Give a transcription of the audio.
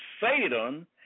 Satan